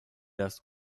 raz